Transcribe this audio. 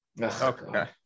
okay